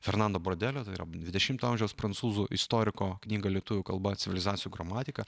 fernando brodelio tai yra dvidešimto amžiaus prancūzų istoriko knyga lietuvių kalba civilizacijų gramatika